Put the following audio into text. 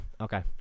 Okay